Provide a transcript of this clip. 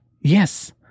yes